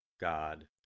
God